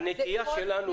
אבל הנטייה שלנו,